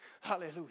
Hallelujah